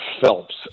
Phelps